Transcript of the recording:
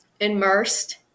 immersed